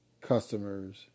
customers